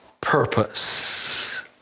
purpose